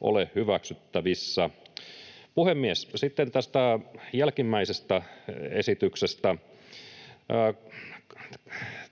ole hyväksyttävissä. Puhemies! Sitten tästä jälkimmäisestä esityksestä.